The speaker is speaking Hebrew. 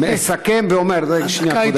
אני מסכם ואומר, הדקה התארכה.